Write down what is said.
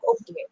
okay